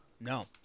No